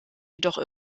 jedoch